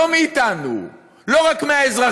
לא מאיתנו, לא רק מהאזרחים.